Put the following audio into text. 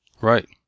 Right